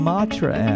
Matra